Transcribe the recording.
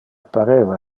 pareva